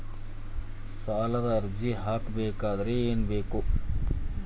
ಸಾಲದ ಅರ್ಜಿ ಹಾಕಬೇಕಾದರೆ ಏನು ಬೇಕು?